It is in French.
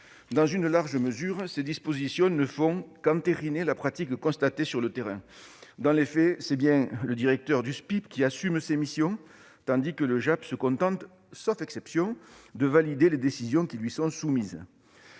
Dans une large mesure, ces dispositions ne font qu'entériner la pratique constatée sur le terrain : dans les faits, c'est bien le directeur du SPIP qui assume ces missions, tandis que le JAP se contente, sauf exception, de valider les décisions qui lui sont soumises.